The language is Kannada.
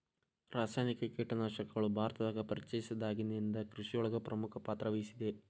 ರಾಸಾಯನಿಕ ಕೇಟನಾಶಕಗಳು ಭಾರತದಾಗ ಪರಿಚಯಸಿದಾಗನಿಂದ್ ಕೃಷಿಯೊಳಗ್ ಪ್ರಮುಖ ಪಾತ್ರವಹಿಸಿದೆ